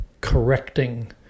correcting